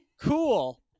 cool